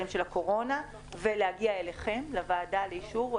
לקורונה ולהגיע אל ועדת הכלכלה לאישור.